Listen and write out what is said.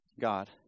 God